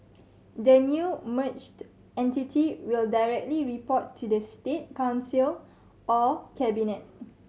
the new merged entity will directly report to the State Council or cabinet